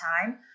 time